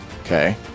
Okay